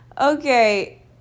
Okay